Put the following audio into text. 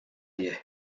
you